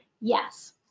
Yes